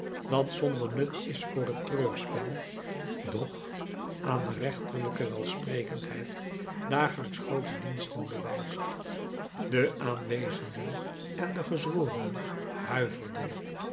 dat zonder nut is voor t treurspel doch aan de rechterlijke welsprekendheid dagelijks groote diensten bewijst de aanwezenden en de gezworenen huiverden